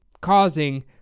causing